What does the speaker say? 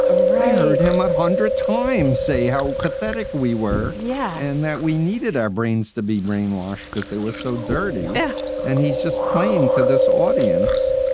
ah i heard him a hundred times say how pathetic we were. yeah. and that we needed our brains to be brainwashed because they were so dirty. yeah and he's just playing to this audience.